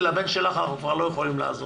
כי לבן שלך אנחנו כבר לא יכולים לעזור.